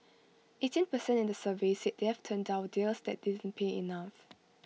eighteen per cent in the survey said they've turned down deals that didn't pay enough